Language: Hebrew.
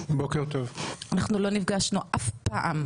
אנחנו לא נפגשנו אף פעם.